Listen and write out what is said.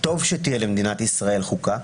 טוב שתהיה למדינת ישראל חוקה,